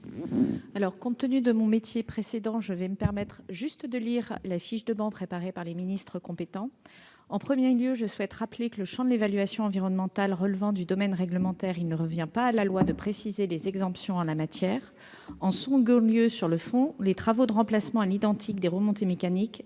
? Compte tenu du métier que j'exerçais précédemment, je me contenterai de lire la fiche de banc préparée par les ministres compétents. En premier lieu, je souhaite rappeler que le champ de l'évaluation environnementale relevant du domaine réglementaire, il ne revient pas à la loi de préciser les exemptions en la matière. En second lieu, sur le fond, les travaux de remplacement à l'identique des remontées mécaniques